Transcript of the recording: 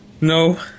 No